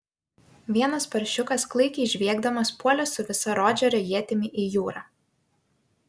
vienas paršiukas klaikiai žviegdamas puolė su visa rodžerio ietimi į jūrą